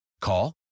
Call